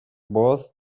both